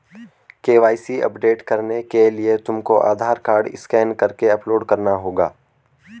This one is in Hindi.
के.वाई.सी अपडेट करने के लिए तुमको आधार कार्ड स्कैन करके अपलोड करना होगा